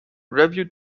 review